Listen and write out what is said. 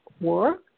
work